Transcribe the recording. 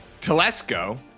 Telesco